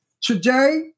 Today